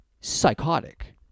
psychotic